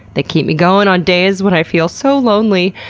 they keep me going on days when i feel so lonely.